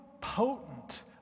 potent